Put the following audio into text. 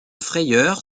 frayeur